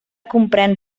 comprén